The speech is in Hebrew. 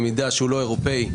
למידע שהוא לא אירופאי,